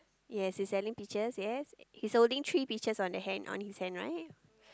yes he selling peaches yes he's holding three peaches on the hand on his hand right